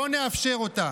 לא נאפשר אותה.